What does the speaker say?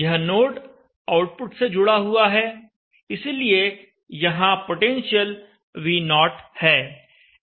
यह node output से जुड़ा हुआ है इसलिए यहां पोटेंशियल V0 है